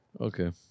okay